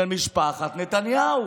משפחת נתניהו.